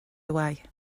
away